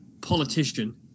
politician